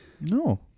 No